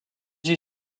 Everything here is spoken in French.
huit